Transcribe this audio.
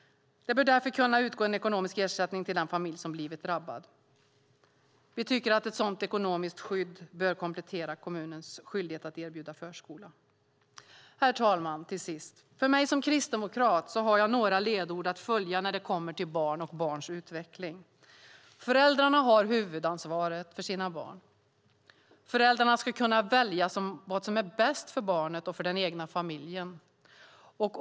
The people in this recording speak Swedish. Det bör därför kunna utgå en ekonomisk ersättning till den familj som blivit drabbad. Vi tycker att ett sådant ekonomiskt skydd bör komplettera kommunens skyldighet att erbjuda förskola. Herr talman! Till sist har jag som kristdemokrat några ledord att följa när det kommer till barn och barns utveckling: Föräldrarna har huvudansvaret för sina barn. Föräldrarna ska kunna välja det som är bäst för barnet och för den egna familjen.